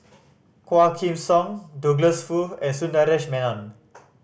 Quah Kim Song Douglas Foo and Sundaresh Menon